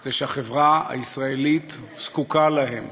זה שהחברה הישראלית זקוקה להם,